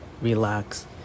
relax